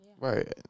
Right